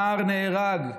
נער נהרג.